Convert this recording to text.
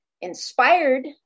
inspired